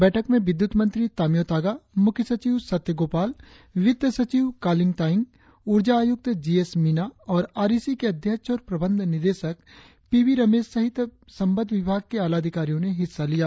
बैठक में विद्युत मंत्री तामियों तागा मुख्यसचिव सत्य गोपाल वित्त सचिव कालिंग तायिंग ऊर्जा आयुक्त जी एस मीना और आर ई सी के अध्यक्ष और प्रबंध निदेशक पी वी रमेश सहित संबंद्व विभाग के आला अधिकारियों ने हिस्सा लिया